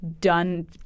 done –